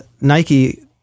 Nike